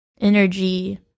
energy